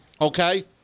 okay